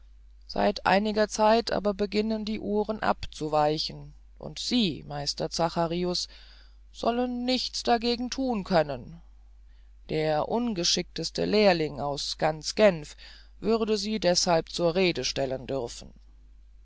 seit einiger zeit aber beginnen die uhren abzuweichen und sie meister zacharius sollen nichts dagegen thun können der ungeschickteste lehrling aus ganz genf würde sie deshalb zur rede stellen dürfen